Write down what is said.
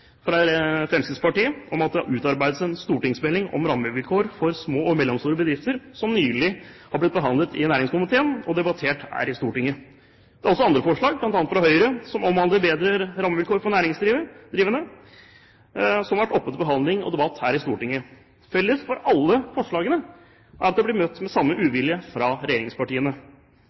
fra Fremskrittspartiet om at det utarbeides en stortingsmelding om rammevilkår for små og mellomstore bedrifter, som nylig har blitt behandlet i næringskomiteen og debattert her i Stortinget. Det er også andre forslag, bl.a. fra Høyre, som omhandler bedre rammevilkår for næringsdrivende, som har vært oppe til behandling og debatt her i Stortinget. Felles for alle forslagene er at de blir møtt med samme uvilje fra regjeringspartiene,